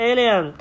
Alien